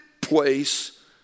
place